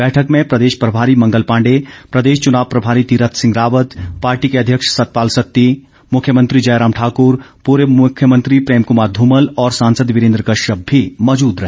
बैठक में प्रदेश प्रभारी मंगल पांडे प्रदेश चुनाव प्रभारी तीरथ सिंह रावत पार्टी के अध्यक्ष सतपाल सत्ती मुख्यमंत्री जयराम ठाक्र पूर्व मुख्यमंत्री प्रेम क्मार ध्रमल और सांसद वीरेंद्र कश्यप भी मौजूद रहे